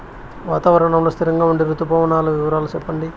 వాతావరణం లో స్థిరంగా ఉండే రుతు పవనాల వివరాలు చెప్పండి?